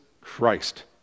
Christ